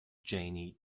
janie